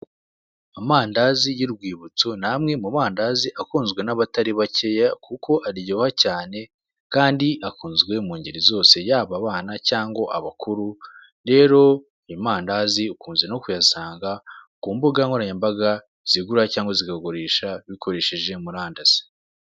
Amandazi y'urwibutso ni amwe mandazi akunzwe n'abatari bake kuko aryoha cyane kandi akunzwe mu ngerinzose yaba abana cyangwa amakuru rero ayo mandazi ukuze kuyasanga ku mbugankoranyambaga zigura cyangwa zikanagurisha bikoresheje murandasi.